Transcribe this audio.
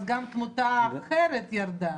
אז גם תמותה אחרת ירדה.